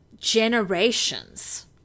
generations